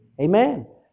Amen